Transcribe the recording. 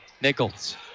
Nichols